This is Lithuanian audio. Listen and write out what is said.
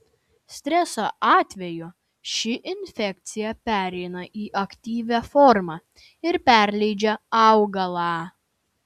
streso atveju ši infekcija pereina į aktyvią formą ir pažeidžia augalą